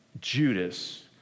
Judas